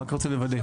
אני רק רוצה לוודא.